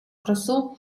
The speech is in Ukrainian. красу